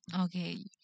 Okay